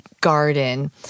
garden